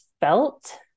felt